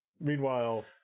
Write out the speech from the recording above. meanwhile